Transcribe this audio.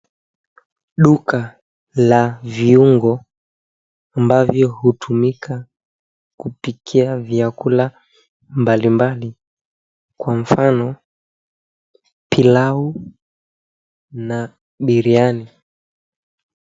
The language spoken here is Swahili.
Duka la viungo ambavyo hutumika kupikia vyakula mbalimbali kwa mfano, pilau na biriani.